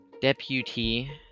deputy